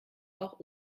auch